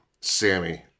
Sammy